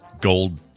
gold